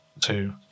two